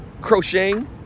crocheting